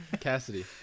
Cassidy